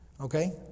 Okay